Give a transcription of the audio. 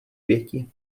pěti